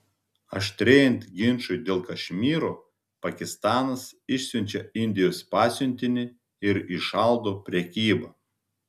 aštrėjant ginčui dėl kašmyro pakistanas išsiunčia indijos pasiuntinį ir įšaldo prekybą